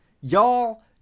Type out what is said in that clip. Y'all